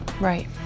Right